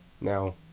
Now